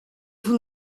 vous